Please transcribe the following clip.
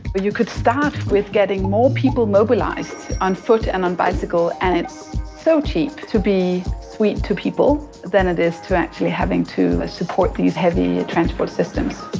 you could start with getting more people mobilized on foot and on bicycle and it's so cheap to be sweet to people than it is to actually having to ah support these heavy transport systems.